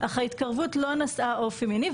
אך ההתקרבות לא נשאה אופי מיני,